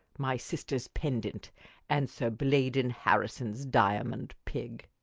my sister's pendant and sir blaydon harrison's diamond pig.